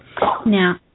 Now